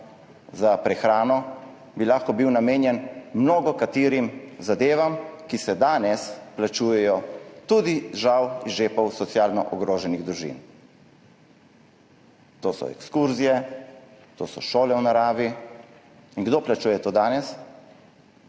za prehrano, bi lahko bil namenjen mnogokaterim zadevam, ki se danes plačujejo tudi, žal, iz žepov socialno ogroženih družin. To so ekskurzije, to so šole v naravi. In kdo plačuje to danes?